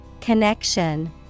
Connection